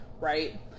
right